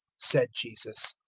said jesus,